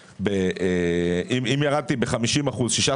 אם ירדתי ב-50 אחוזים,